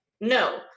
no